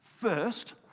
first